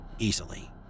easily